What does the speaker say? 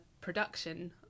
production